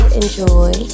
enjoy